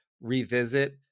revisit